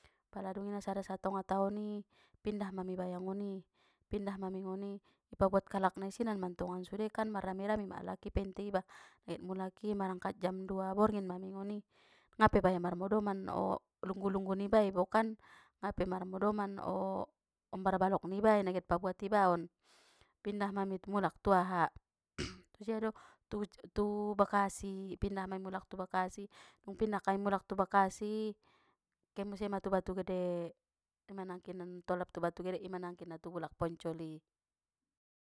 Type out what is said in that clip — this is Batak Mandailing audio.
Pala dungi na sada satonga taoni pindah ma mi baya ngoni, pindah ma mingoni ipabuat kalak na isinan mantongan sudekan marrami-rami ma alak i painte iba get mulak i marangkat jam dua borngin ma mi ngoni ngape baya marmodoman o lunggu-lunggu niba bo kan ngape marmodoman o ombar balok nibai na get pabuat ibaon pindah mami mulak tu aha tu jia do tu bekasi pindah ma mi mulak tu bekasi dung pindah mulak kami tu bekasi ke muse ma tu batu gede ima nangkinan tolap tu batu gede ima nangkinan na tu bulak poncol i.